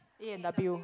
A and W